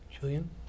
Julian